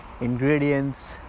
ingredients